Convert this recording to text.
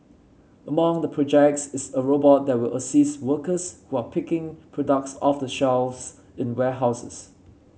among the projects is a robot that will assist workers who are picking products off the shelves in warehouses